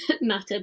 matter